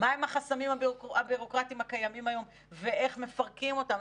מהם החסמים הבירוקרטיים הקיימים היום ואיך מפרקים אותם,